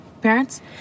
parents